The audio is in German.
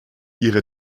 ihre